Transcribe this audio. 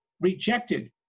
rejected